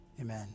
Amen